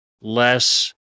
less